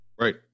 Right